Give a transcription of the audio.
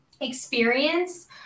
experience